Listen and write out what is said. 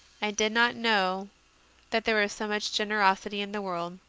i did not know that there was so much generosity in the world.